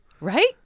Right